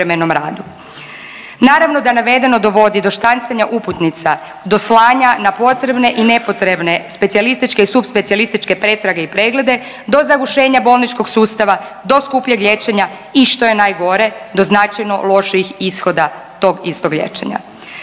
Naravno da navedeno dovodi do štancanja uputnica, do slanja na potrebne i nepotrebne specijalističke i subspecijalističke pretrage i preglede do zagušenja bolničkog sustava , do skupljeg liječenja i što je najgore do značajno lošijih ishoda tog istog liječenja.